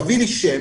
תן לי שם,